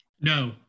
No